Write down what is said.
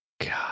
god